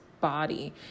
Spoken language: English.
body